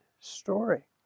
story